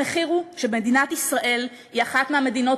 המחיר הוא שמדינת ישראל היא אחת המדינות